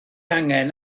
angen